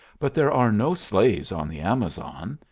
but there are no slaves on the amazon.